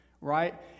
right